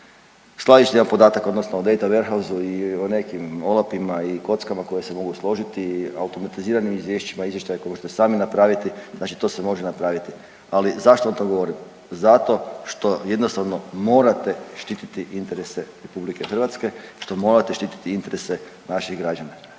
skladištima podataka odnosno od Data Warehouse i o nekim OLAP-ima i kockama koje se mogu složiti, automatiziranim izvješćima i izvještajima koje možete sami napraviti, znači to se može napraviti, ali zašto vam to govorim? Zato što jednostavno morate štititi interese RH, što morate štititi interese naših građana,